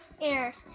Ears